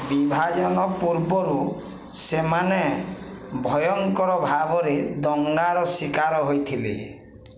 ବିଭାଜନ ପୂର୍ବରୁ ସେମାନେ ଭୟଙ୍କର ଭାବରେ ଦଙ୍ଗାର ଶିକାର ହୋଇଥିଲେ